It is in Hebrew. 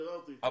ביררתי אתה.